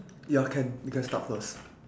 ya can you can start first